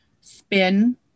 spin